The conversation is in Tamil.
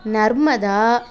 நர்மதா